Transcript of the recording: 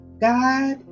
God